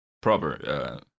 proper